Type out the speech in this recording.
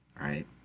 Right